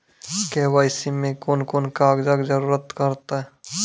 KYC मे कून कून कागजक जरूरत परतै?